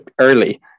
early